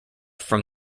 from